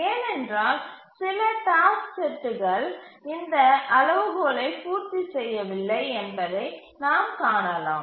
ஏனென்றால் சில டாஸ்க் செட்டுகள் இந்த அளவுகோலை பூர்த்தி செய்யவில்லை என்பதை நாம் காணலாம்